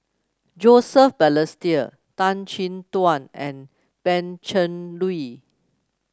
Joseph Balestier Tan Chin Tuan and Pan Cheng Lui